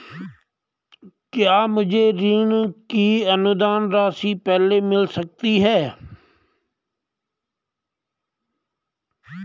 क्या मुझे ऋण की अनुदान राशि पहले मिल सकती है?